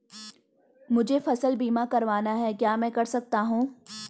मुझे फसल बीमा करवाना है क्या मैं कर सकता हूँ?